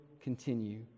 continue